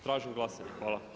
Tražim glasanje.